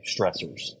stressors